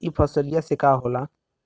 ई फसलिया से का होला?